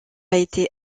été